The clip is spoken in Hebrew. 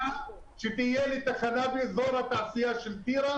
אני רוצה שתהיה לי תחנה באזור התעשייה של טירה